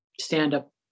stand-up